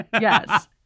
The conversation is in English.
yes